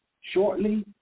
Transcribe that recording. Shortly